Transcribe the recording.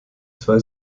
zwei